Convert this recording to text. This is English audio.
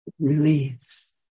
release